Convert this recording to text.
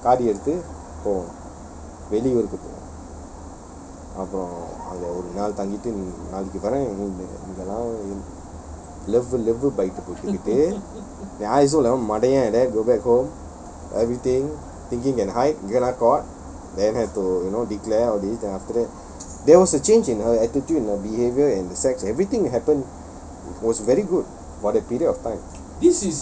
கொஞ்ச நாள் தங்கிட்டு:konj naal thangittu lover lover ஆகிடிச்சு:aahidichu then I also மடயன்:madayen go back home everything thinking can hide kena caught then have to you know declare all this then after that there was a change in her attitude in her behaviour and sex everything happen was very good for that period of time